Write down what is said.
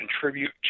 contribute